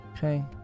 Okay